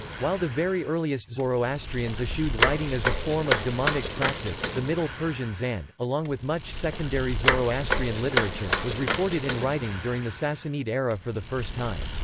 while the very earliest zoroastrians eschewed writing as a form of demonic practice, the middle persian zand, along with much secondary zoroastrian literature, was recorded in writing during the sassanid era for the first time.